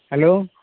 hello